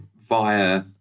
via